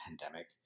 pandemic